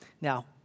Now